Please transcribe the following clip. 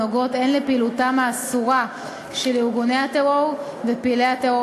הנוגעות הן לפעילותם האסורה של ארגוני הטרור ופעילי הטרור